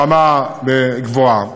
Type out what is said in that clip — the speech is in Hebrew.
ברמה גבוהה,